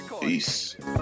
Peace